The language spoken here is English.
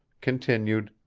continued